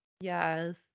Yes